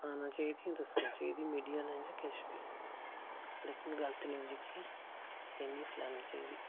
दस्सना चाहिदी मिडिया आह्लें किश बी लेकिन गल्त न्यूज जेह्की एह् नेईं फलाना चाहिदी